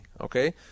okay